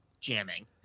jamming